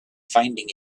finding